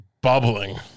bubbling